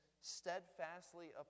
steadfastly